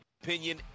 opinion